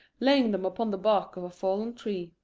laying them upon the bark of a fallen tree,